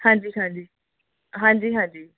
ਹਾਂਜੀ ਹਾਂਜੀ ਹਾਂਜੀ ਹਾਂਜੀ